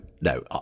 no